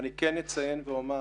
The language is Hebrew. אני כן אציין ואומר